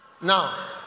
Now